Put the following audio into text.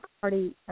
party